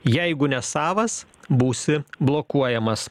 jeigu ne savas būsi blokuojamas